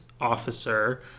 officer